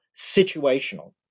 situational